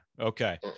okay